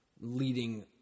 leading